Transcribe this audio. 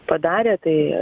padarė tai